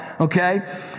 okay